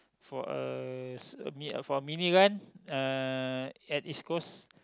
for a s~ for a mini run uh at East-Coast